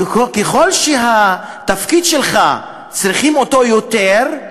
ככל שהתפקיד שלך, צריכים אותו יותר,